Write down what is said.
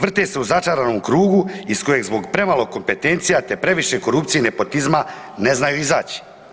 Vrte se u začaranom krugu iz kojeg zbog premalo kompetencija te previše korupcije i nepotizma ne znaju izaći.